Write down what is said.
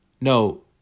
no